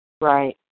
Right